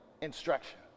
instruction